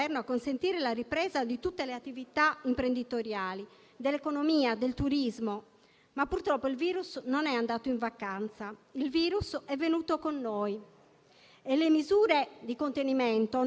Il risultato è stato quello di una ripresa dei contagi, ma il risultato ancora più grave che ne è scaturito è stato quello di un attacco mediatico alla Regione Sardegna senza precedenti e immotivato,